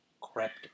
crept